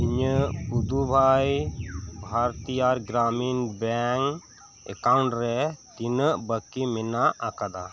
ᱤᱧᱟᱹᱜ ᱯᱩᱫᱩ ᱵᱷᱟᱭ ᱵᱷᱟᱨᱛᱤᱭᱟᱹ ᱜᱽᱨᱟᱢᱤᱱ ᱵᱮᱝᱠ ᱮᱠᱟᱣᱩᱱᱰ ᱨᱮ ᱛᱤᱱᱟᱹᱜ ᱵᱟᱹᱠᱤ ᱢᱮᱱᱟᱜ ᱟᱠᱟᱫᱟ